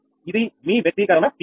ఇది మీ వ్యక్తీకరణ 𝑃i